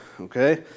okay